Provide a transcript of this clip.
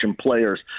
players